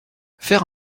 faire